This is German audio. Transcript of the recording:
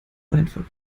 einfach